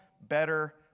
better